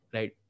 Right